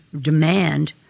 demand